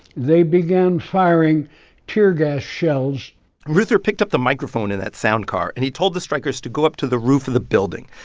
they began firing tear gas shells reuther picked up the microphone in that sound car, and he told the strikers to go up to the roof of the building.